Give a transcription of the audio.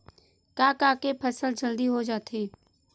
का का के फसल जल्दी हो जाथे?